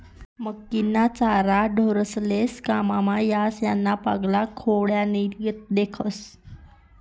मक्कीना चारा ढोरेस्ले काममा येस त्याना पाला खोंड्यानीगत दखास